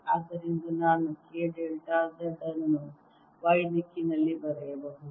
ಆದ್ದರಿಂದ ನಾನು K delta Z ಅನ್ನು Y ದಿಕ್ಕಿನಲ್ಲಿ ಬರೆಯಬಹುದು